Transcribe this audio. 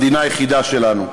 המדינה היחידה שלנו.